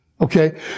Okay